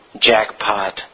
jackpot